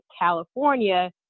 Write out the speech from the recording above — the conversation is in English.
California